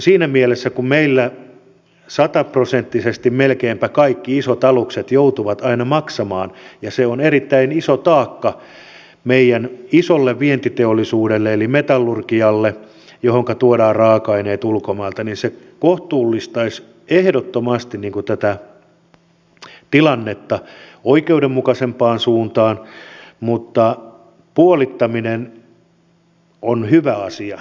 siinä mielessä kun meillä sataprosenttisesti melkeinpä kaikki isot alukset joutuvat aina maksamaan ja se on erittäin iso taakka meidän isolle vientiteollisuudelle eli metallurgialle johonka tuodaan raaka aineet ulkomailta niin se kohtuullistaisi ehdottomasti tätä tilannetta oikeudenmukaisempaan suuntaan mutta puolittaminen on hyvä asia